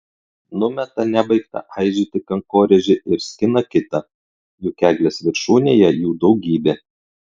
numeta nebaigtą aižyti kankorėžį ir skina kitą juk eglės viršūnėje jų daugybė